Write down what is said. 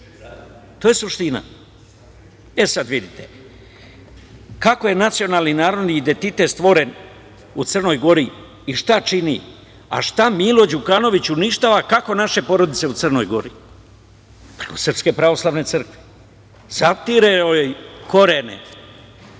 To je suština, e sada vidite, kako je nacionalni narodni identitet stvoren u Crnoj Gori i šta čini, a šta Milo Đukanović uništava i kako naše porodice u Crnoj Gori, preko SPC. Zatirao je korene,